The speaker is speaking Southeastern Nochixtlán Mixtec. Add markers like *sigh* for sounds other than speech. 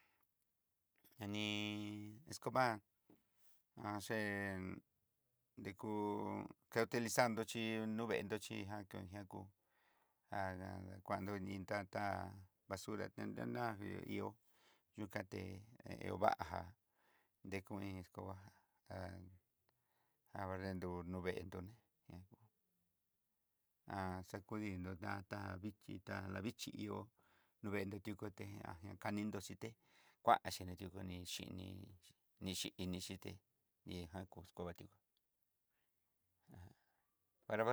Nani escoba nrekú ke utilizaró chí noveendo kangian nrakú *hesitation* ando nri ta tá basura ta nandá hi ihó yukaté ihó vanjá, deku iin escoba kavandu nuveedo ne he *hesitation* akudi nro natá vixi tá li'a vixhi, ihó nruvendó tiukoté *hesitation* ian kanindó xhité kuanxi ne yukunró nri xini xí ni xhiini xhité ihé jan kox kovatió ajan.